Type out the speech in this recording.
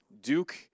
Duke